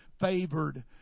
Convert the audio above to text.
Favored